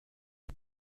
اون